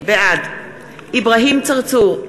בעד אברהים צרצור,